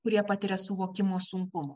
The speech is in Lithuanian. kurie patiria suvokimo sunkumų